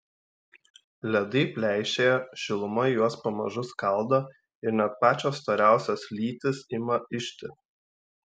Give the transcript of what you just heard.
ledai pleišėja šiluma juos pamažu skaldo ir net pačios storiausios lytys ima ižti